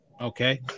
Okay